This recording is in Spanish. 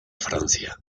francia